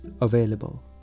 available